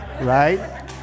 right